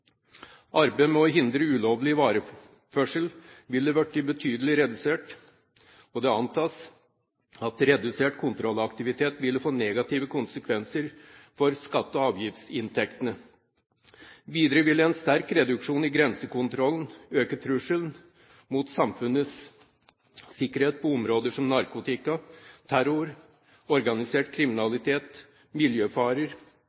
Arbeidet med å hindre ulovlig vareførsel ville blitt betydelig redusert, og det antas at redusert kontrollaktivitet ville få negative konsekvenser for skatte- og avgiftsinntektene. Videre ville en sterk reduksjon i grensekontrollen øke trusselen mot samfunnets sikkerhet på områder som narkotika, terror, organisert